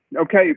Okay